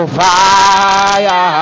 fire